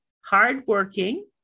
hardworking